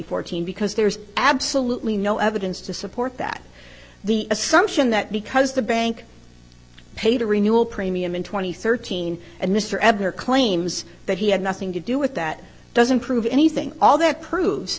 fourteen because there's absolutely no evidence to support that the assumption that because the bank paid a renewal premium in two thousand and thirteen and mr edgar claims that he had nothing to do with that doesn't prove anything all that proves